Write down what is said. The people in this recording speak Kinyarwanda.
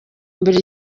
mbere